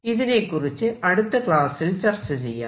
ഇതിനെകുറിച്ച് അടുത്ത ക്ലാസ്സിൽ ചർച്ചചെയ്യാം